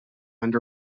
and